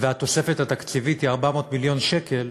והתוספת התקציבית היא 400 מיליון שקל,